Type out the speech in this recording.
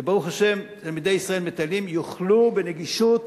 וברוך השם, תלמידי ישראל מטיילים, יוכלו בנגישות